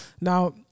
now